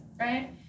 right